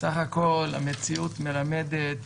סך הכול המציאות מלמדת